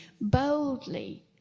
boldly